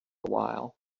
while